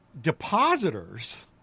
depositors